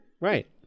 Right